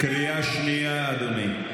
קריאה שנייה, אדוני.